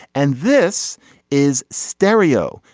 and this is stereo.